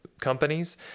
companies